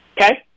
Okay